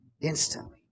Instantly